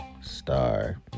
star